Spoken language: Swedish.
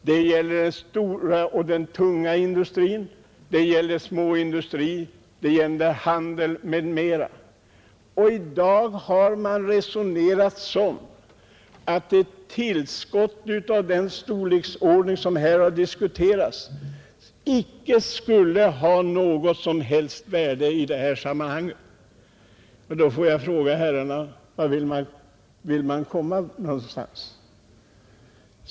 Det gäller den tunga industrin, det gäller småindustri och handel. I dag har det resonerats på det sättet att ett tillskott av den storleksordning som Ritsemutbyggnaden skulle ge inte har något som helst värde. Jag måste fråga herrarna: Vart vill ni komma någonstans?